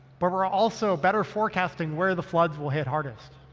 but we're also better forecasting where the floods will hit hardest.